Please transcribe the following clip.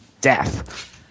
death